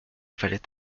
fallait